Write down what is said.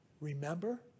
remember